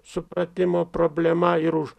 supratimo problema ir už